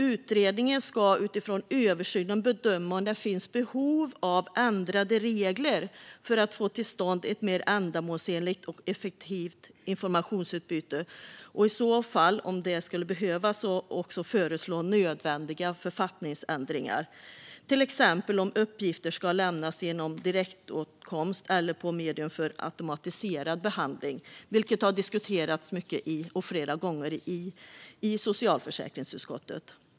Utredningen ska utifrån översynen bedöma om det finns behov av ändrade regler för att få till stånd ett mer ändamålsenligt och effektivt informationsutbyte och, om det skulle behövas, också föreslå nödvändiga författningsändringar, till exempel om uppgifter ska lämnas genom direktåtkomst eller på medium för automatiserad behandling, vilket har diskuterats flera gånger i socialförsäkringsutskottet.